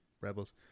rebels